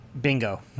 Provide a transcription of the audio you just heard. Bingo